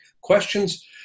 Questions